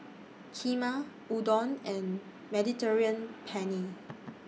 Kheema Udon and Mediterranean Penne